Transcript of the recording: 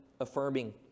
affirming